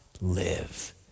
live